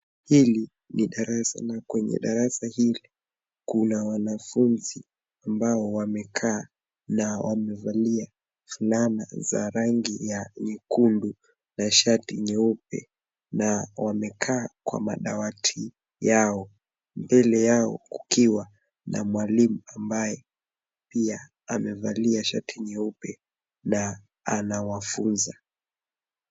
Hili ni darasa na kwenye darasa hili kuna wanafunzi ambao wamekaa na wamevalia fulana za rangi ya nyekundu na shati nyeupe na wamekaa kwa madawati yao. Mbele yao kukiwa na mwalimu ambaye pia amevalia shati nyeupe na anawafunza.